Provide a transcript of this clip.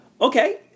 Okay